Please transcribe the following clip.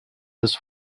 this